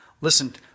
Listen